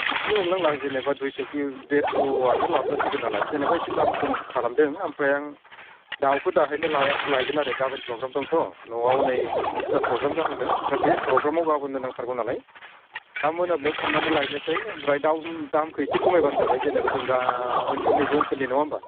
बिदि हमनो नांला आं जेनोबा दुइस' कि देरस'आनो लाभ जासिगोन नालाय जोनेबा एसे दाम खम खालामदों ओमफ्राय आं दाउखौ दाहायनो ला लायगोन आरो गाबोन प्रग्राम दंथ' न'आव नै मोनसे जोंहा प्रग्राम जाहांदों ओमफ्राय बे प्रग्रामाव गाबोन्नो नांथारगौ नालाय दा मोनाब्लियाव थांनानै लायनोसै ओमफ्राय दाउ दामखौ एसे खमायब्लानो जाबाय जेनेबा जों गा ओनसोलनि जों ओनसोलनि नङा होमबा